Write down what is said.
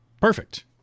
perfect